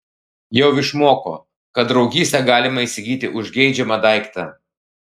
jau išmoko kad draugystę galima įsigyti už geidžiamą daiktą